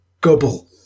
Gobble